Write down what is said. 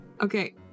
Okay